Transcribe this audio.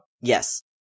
Yes